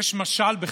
יש כללים,